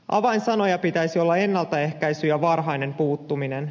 avainsanoja pitäisi olla ennaltaehkäisy ja varhainen puuttuminen